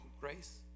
grace